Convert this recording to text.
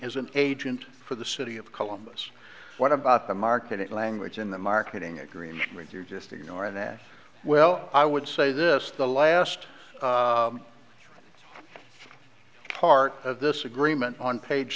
as an agent for the city of columbus what about the marketing language in the marketing agreement you just ignore and that well i would say this the last part of this agreement on page